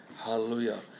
hallelujah